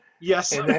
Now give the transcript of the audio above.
yes